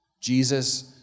Jesus